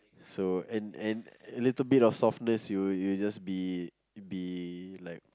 so and and a little bit of softness you you'll just be be like